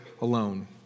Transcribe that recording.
alone